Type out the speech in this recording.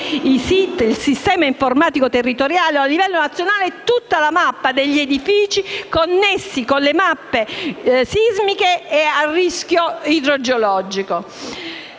il sistema informativo territoriale a livello nazionale, la mappa degli edifici che si trovano in zone sismiche e a rischio idrogeologico.